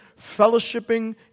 fellowshipping